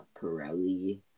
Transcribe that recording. Pirelli